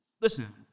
listen